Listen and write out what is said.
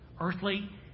Earthly